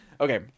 Okay